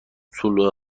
طول